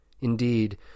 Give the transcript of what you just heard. Indeed